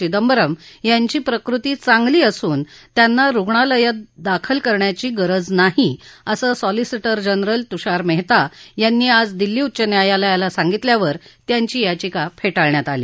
चिदंबरम यांची प्रकृती चांगली असून त्यांना रुग्णालयात दाखल करण्याची गरज नाही असं सॉलिसिटर जनरल तुषार मेहता यांनी आज दिल्ली उच्च न्यायालयाला सांगितल्यावर त्यांची याचिका फेटाळण्यात आली